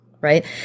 right